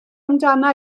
amdana